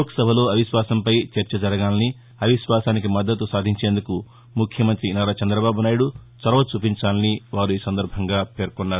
లోక్సభలో అవిశ్వాసంపై చర్చ జరగాలని అవిశ్వాసానికి మద్దతు సాధించేందుకు ముఖ్యమంత్రి నారా చందబ్రాబు నాయుడు చొరవ చూపించాలని వారు ఈ సందర్భంగా పేర్కొన్నారు